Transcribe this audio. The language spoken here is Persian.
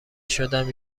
شدم